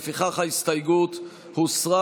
לפיכך ההסתייגות הוסרה.